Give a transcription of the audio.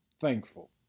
thankful